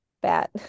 bat